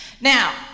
Now